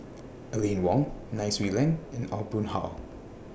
Aline Wong Nai Swee Leng and Aw Boon Haw